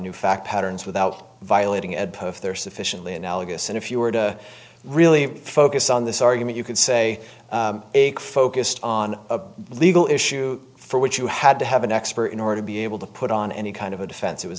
new fact patterns without violating at their sufficiently analogous and if you were to really focus on this argument you could say it focused on a legal issue for which you had to have an expert in order to be able to put on any kind of a defense i